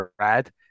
red